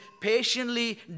patiently